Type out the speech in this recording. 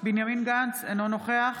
בנימין גנץ, אינו נוכח